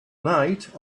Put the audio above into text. night